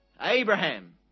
Abraham